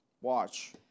watch